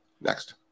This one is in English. Next